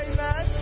Amen